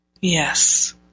Yes